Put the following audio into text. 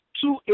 two